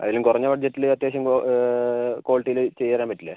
അതിലും കുറഞ്ഞ ബഡ്ജറ്റിൽ അത്യാവശ്യം ക്വാളിറ്റിയിൽ ചെയ്തുതരാൻ പറ്റില്ലെ